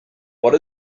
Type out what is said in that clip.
what